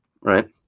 Right